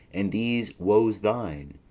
and these woes thine,